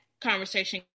conversation